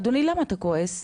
אדוני, למה אתה כועס?